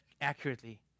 accurately